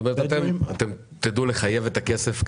אתם תדעו לחייב את הכסף קדימה?